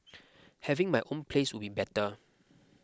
having my own place would be better